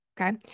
Okay